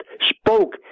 spoke